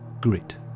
grit